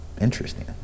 interesting